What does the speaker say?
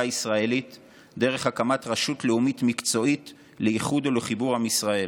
הישראלית דרך הקמת רשות לאומית מקצועית לאיחוד ולחיבור עם ישראל.